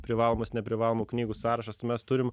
privalomas neprivalomų knygų sąrašas mes turim